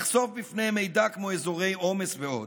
לחשוף בפניהם מידע כמו אזורי עומס ועוד.